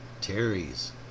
Terry's